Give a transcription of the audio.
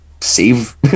save